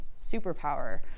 superpower